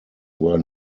were